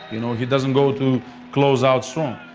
you know he doesn't go to close out strong.